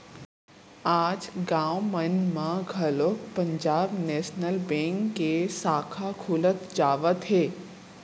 आज गाँव मन म घलोक पंजाब नेसनल बेंक के साखा खुलत जावत हे